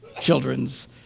children's